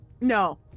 No